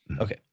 okay